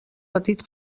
petit